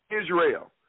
Israel